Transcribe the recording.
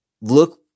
Look